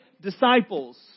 disciples